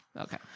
Okay